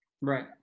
Right